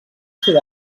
sud